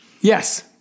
Yes